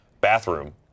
bathroom